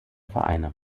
vereine